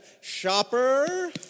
Shopper